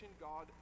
God